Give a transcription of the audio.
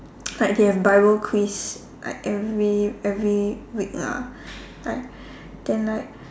like they have bible quiz like every every week lah like then like